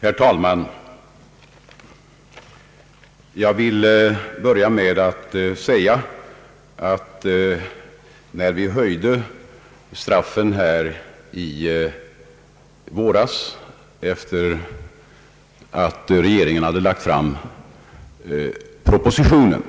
Herr talman! Jag vill börja med att säga att det rådde enighet om den höjning av straffen för narkotikabrott som genomfördes här i våras efter det att regeringen lagt fram propositionen